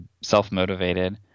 self-motivated